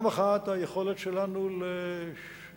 מצד אחד היכולת שלנו לשלב,